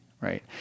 Right